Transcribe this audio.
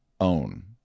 own